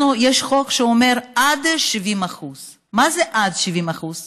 יש חוק שאומר עד 70%. מה זה עד 70%?